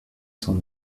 cent